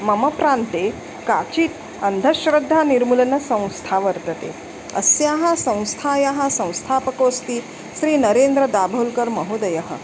मम प्रान्ते काचित् अन्धश्रद्धानिर्मूलनसंस्था वर्तते अस्याः संस्थायाः संस्थापकोस्ति श्रीनरेन्द्रदाभोल्कर्महोदयः